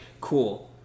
cool